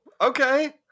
okay